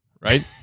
right